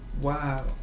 Wow